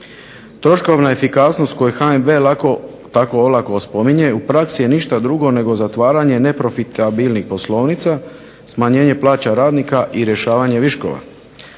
Troškovna efikasnost koju HNB tako olako spominje u praksi je ništa drugo nego zatvaranje neprofitabilnih poslovnica, smanjenje plaća radnika i rješavanje viškova.